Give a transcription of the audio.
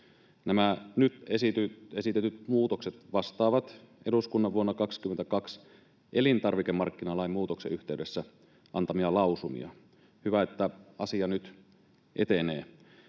Nämä nyt esitetyt muutokset vastaavat eduskunnan vuonna 22 elintarvikemarkkinalain muutoksen yhteydessä antamia lausumia. Hyvä, että asia nyt etenee.